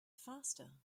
faster